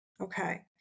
Okay